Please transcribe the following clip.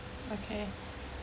okay